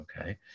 Okay